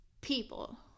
people